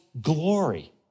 glory